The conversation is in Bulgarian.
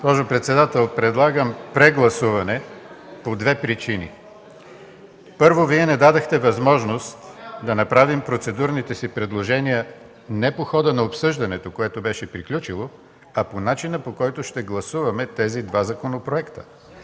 Госпожо председател, предлагам прегласуване по две причини. Първо, Вие не дадохте възможност да направим процедурните си предложения не по хода на обсъждането, което беше приключило, а по начина, по който ще гласуваме тези два законопроекта.